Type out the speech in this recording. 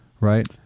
right